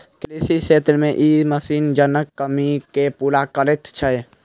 कृषि क्षेत्र मे ई मशीन जनक कमी के पूरा करैत छै